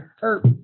hurt